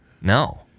No